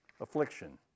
Affliction